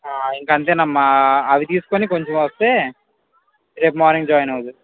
ఇంక అంతేనమ్మ అవి తీసుకొని కొంచెం వస్తే రేపు మార్నింగ్ జాయిన్ అవుదువు